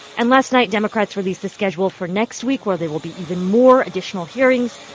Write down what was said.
and last night, democrats released the schedule for next week, where there will be even more additional hearings.